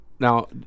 Now